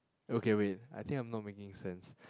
okay wait I think I am not making sense